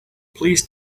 please